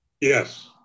Yes